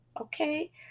okay